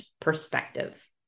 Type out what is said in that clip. perspective